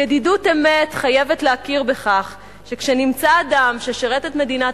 וידידות אמת חייבת להכיר בכך שכשנמצא אדם ששירת את מדינת